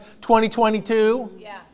2022